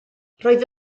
roedd